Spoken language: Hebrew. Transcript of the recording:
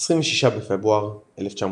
26 בפברואר 1940